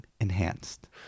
enhanced